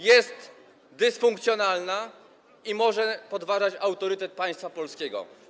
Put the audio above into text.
Jest dysfunkcjonalna i może podważać autorytet państwa polskiego.